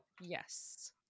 yes